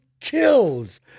kills